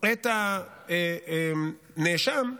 את הנאשם,